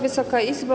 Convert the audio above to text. Wysoka Izbo!